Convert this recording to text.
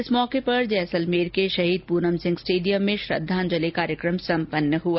इस मौके पर जैसलमेर के शहीद पूनम सिंह स्टेडियम में श्रद्धांजलि कार्यक्रम सम्पन्न हआ